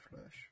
flash